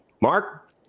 Mark